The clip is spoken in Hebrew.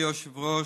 אדוני היושב-ראש,